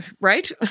Right